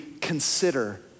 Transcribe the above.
consider